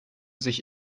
sich